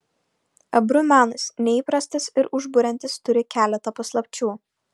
ebru menas neįprastas ir užburiantis turi keletą paslapčių